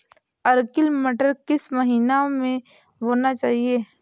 Arkel मटर किस महीना में बोना चाहिए?